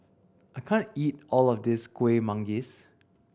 I can't eat all of this Kuih Manggis